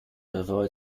avoid